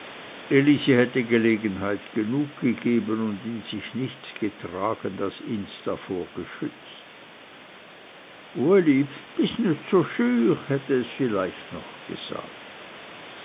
elisi hätte gelegenheit genug dazu gegeben und in sich nichts getragen das ihns davor geschützt uli bis nit so schüch hatte es vielleicht noch gesagt